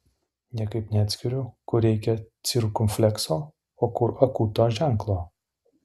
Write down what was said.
niekaip neatskiriu kur reikia cirkumflekso o kur akūto ženklo